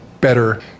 better